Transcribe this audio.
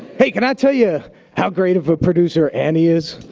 hey, can i tell you how great of a producer annie is?